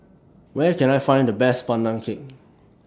Where Can I Find The Best Pandan Cake